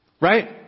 Right